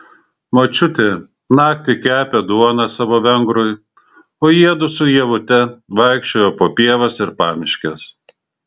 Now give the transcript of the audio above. močiutė naktį kepė duoną savo vengrui o jiedu su ievute vaikščiojo po pievas ir pamiškes